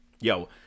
yo